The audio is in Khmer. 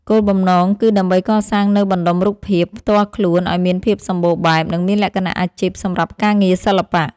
គោលបំណងគឺដើម្បីកសាងនូវបណ្ដុំរូបភាព ផ្ទាល់ខ្លួនឱ្យមានភាពសម្បូរបែប និងមានលក្ខណៈអាជីពសម្រាប់ការងារសិល្បៈ។